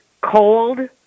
Cold